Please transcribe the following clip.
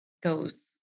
goes